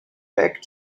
back